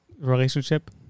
relationship